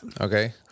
Okay